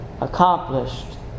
accomplished